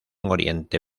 oriente